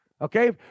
Okay